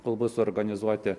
kol bus suorganizuoti